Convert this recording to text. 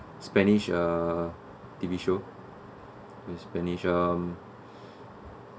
spanish uh T_V show spanish um